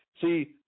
See